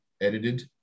edited